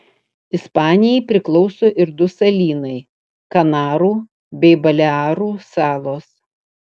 ispanijai priklauso ir du salynai kanarų bei balearų salos